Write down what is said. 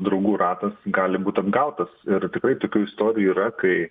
draugų ratas gali būt apgautas ir tikrai tokių istorijų yra kai